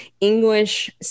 English